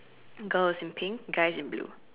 girl is in pink guy is in blue